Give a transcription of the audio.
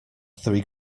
three